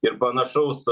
ir panašaus